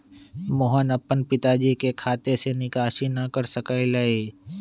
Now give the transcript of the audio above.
मोहन अपन पिताजी के खाते से निकासी न कर सक लय